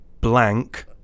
blank